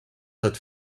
that